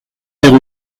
zéro